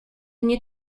nie